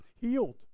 healed